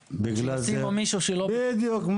--- שישימו מישהו שהוא לא --- בדיוק.